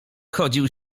chodził